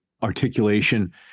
articulation